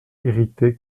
irrité